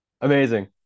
Amazing